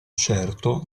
certo